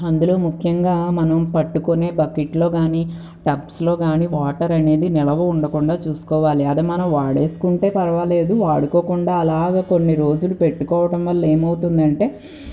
అందులో ముఖ్యంగా మనం పట్టుకొనే బకిట్లో కానీ టబ్స్లో కాని వాటర్ అనేది నిల్వ ఉండకుండా చూసుకోవాలి అది మనం వాడేసుకుంటే పర్వాలేదు వాడుకోకుండా అలాగే కొన్ని రోజులు పెట్టుకోవటం వల్ల ఏమవుతుందంటే